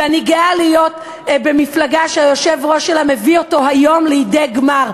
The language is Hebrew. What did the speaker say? אני גאה להיות במפלגה שהיושב-ראש שלה מביא אותו היום לידי גמר.